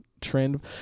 trend